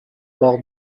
bord